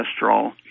cholesterol